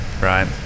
right